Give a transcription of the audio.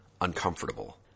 uncomfortable